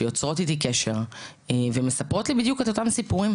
שיוצרות איתי קשר ומספרות לי בדיוק את אותם סיפורים.